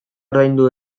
ordaindu